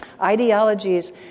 Ideologies